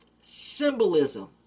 symbolism